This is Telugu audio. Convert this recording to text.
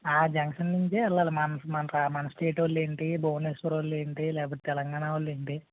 ఆ జంక్షన్ నుంచే వెళ్ళాలి మాన్ మన ర మన స్టేటోళ్ళు ఏంటి భువనేశ్వరోళ్ళు ఏంటి లేకపోతే తెలంగాణ వాళ్ళు ఏంటి